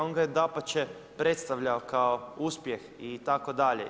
On ga je dapače, predstavljao kao uspjeh itd.